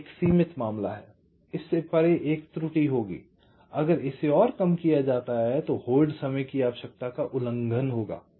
यह एक सीमित मामला है इससे परे एक त्रुटि होगी अगर इसे और कम किया जाता है तो होल्ड समय की आवश्यकता का उल्लंघन होगा